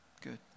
Good